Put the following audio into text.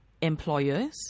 employers